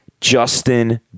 Justin